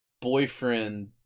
boyfriend